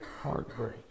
Heartbreak